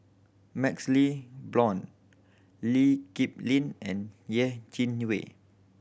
MaxLe Blond Lee Kip Lin and Yeh Chi Wei